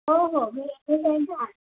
हो हो मी टु आठ